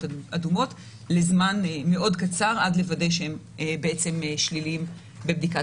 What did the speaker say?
אדומות לזמן מאוד קצר עד ווידוא שהם שליליים בבדיקת